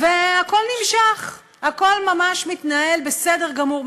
והכול נמשך, הכול ממש מתנהל בסדר גמור.